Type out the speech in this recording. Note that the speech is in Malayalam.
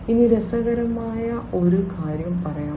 ഇനി രസകരമായ ഒരു കാര്യം പറയാം